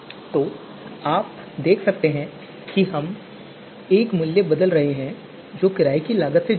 तो यहां आप देख सकते हैं कि हम केवल एक मूल्य बदल रहे हैं जो किराए की लागत से जुड़ा है